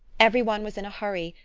every one was in a hurry,